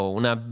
una